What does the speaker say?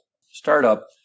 startup